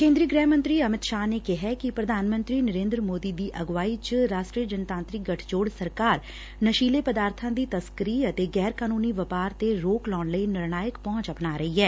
ਕੇ'ਦਰੀ ਗ੍ਰਹਿ ਮੰਤਰੀ ਅਮਿਤ ਸ਼ਾਹ ਨੇ ਕਿਹੈ ਕਿ ਪ੍ਰਧਾਨ ਮੰਤਰੀ ਨਰੇ'ਦਰ ਮੋਦੀ ਦੀ ਅਗਵਾਈ 'ਚ ਐਨ ਡੀ ਏ ਸਰਕਾਰ ਨਸ਼ੀਲੇ ਪਦਾਰਬਾਂ ਦੀ ਤਸਕਰੀ ਅਤੇ ਗੈਰ ਕਾਨੂੰਨੀ ਵਪਾਰ ਤੇ ਰੋਕ ਲਾਉਣ ਲਈ ਨਿਰਣਾਇਕ ਪਹੂੰਚ ਅਪਣਾ ਰਹੀ ਐ